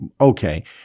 okay